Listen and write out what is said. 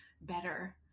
better